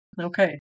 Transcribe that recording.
Okay